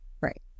right